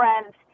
friends